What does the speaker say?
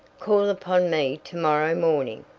call upon me to-morrow morning,